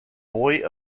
boy